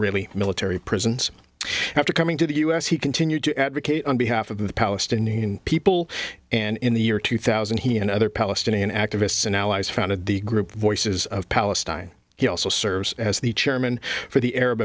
israeli military prisons after coming to the u s he continued to advocate on behalf of the palestinian people and in the year two thousand he and other palestinian activists and allies founded the group voices of palestine he also serves as the chairman for the arab